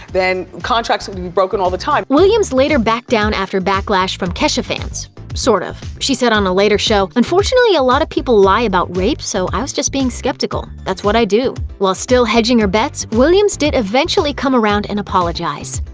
then contracts would be broken all the time. williams later backed down after backlash from kesha fans sort of. she said on a later show unfortunately a lot of people lie about assault so i was just being skeptical, that's what i do. while still hedging her bets, williams did eventually come around and apologize.